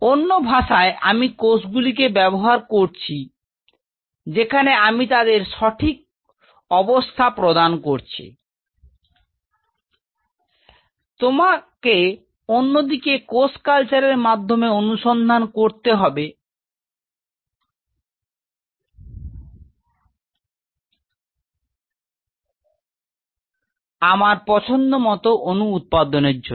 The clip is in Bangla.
তো অন্য ভাষায় আমি কোষগুলিকে ব্যবহার করছি যেখানে আমি তাদের সঠিক অবস্থা প্রদান করছি তোমাকে অন্যদিকে কোষ কালচারের মাধ্যমে অনুসন্ধান করতে হবে আমার পছন্দমত অণু উৎপাদনের জন্য